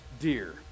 dear